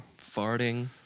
Farting